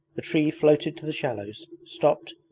the tree floated to the shallows, stopped,